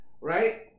Right